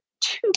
two